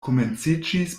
komenciĝis